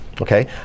Okay